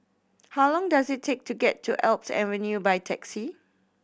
how long does it take to get to Alps Avenue by taxi